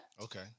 Okay